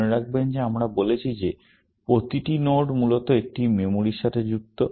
মনে রাখবেন যে আমরা বলেছি যে প্রতিটি নোড মূলত একটি মেমরির সাথে যুক্ত